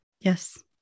Yes